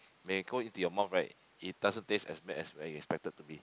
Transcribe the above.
when it go into your mouth right it doesn't taste as bad as when you expected it to be